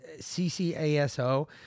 CCASO